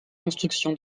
construction